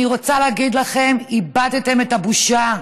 אני רוצה להגיד לכם, איבדתם את הבושה.